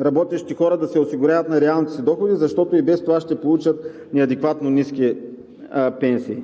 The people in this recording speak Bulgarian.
работещите хора да се осигуряват на реалните си доходи, защото и без това ще получат неадекватно ниски пенсии.